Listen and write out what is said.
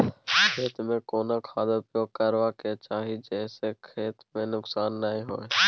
खेत में कोन खाद उपयोग करबा के चाही जे स खेत में नुकसान नैय होय?